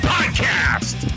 Podcast